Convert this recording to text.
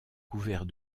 couverts